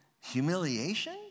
humiliation